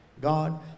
God